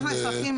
אנחנו האזרחים,